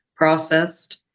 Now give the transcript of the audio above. Processed